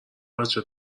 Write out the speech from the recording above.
بچه